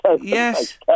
Yes